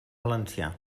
valencià